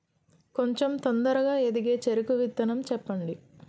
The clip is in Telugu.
కొంచం తొందరగా ఎదిగే చెరుకు విత్తనం చెప్పండి?